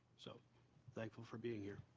so thankful for being here.